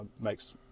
makes